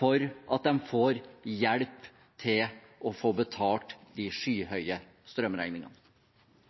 for at de får hjelp til å få betalt de skyhøye strømregningene.